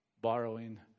borrowing